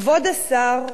כבוד השר,